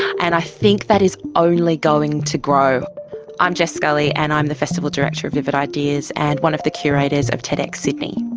and i think that is only going to grow i'm jess scully and i'm the festival director of vivid ideas and one of the curators of tedx sydney.